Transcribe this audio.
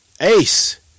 Ace